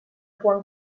quan